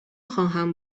خواهم